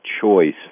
choice